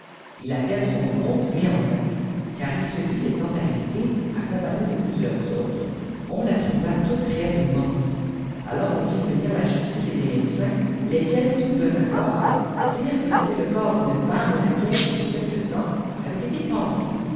il appelle son hôte mais en vain car icelui étant arrivé accompagné de plusieurs autres on la trouva toute raide morte alors on fit venir la justice et des médecins lesquels tout d'un accord dirent que c'était le corps d'une femme laquelle depuis quelque temps avait été pendue